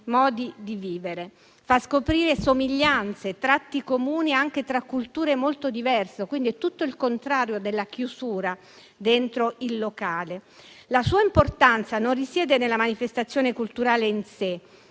modi di vivere. Fa scoprire somiglianze, tratti comuni, anche tra culture molto diverse. Quindi, è tutto il contrario della chiusura dentro il locale. La sua importanza risiede non nella manifestazione culturale in sé,